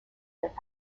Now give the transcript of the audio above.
that